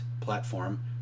platform